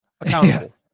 accountable